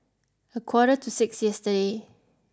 a quarter to six yesterday